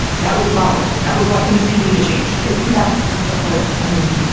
that was a problem. that was why things didn't need to change isn't that the the whole. i mean,